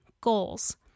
goals